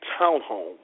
townhome